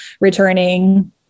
returning